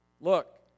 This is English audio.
Look